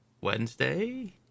Wednesday